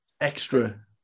extra